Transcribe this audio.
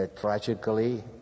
tragically